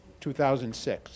2006